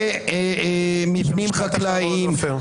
בסדר.